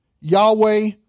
Yahweh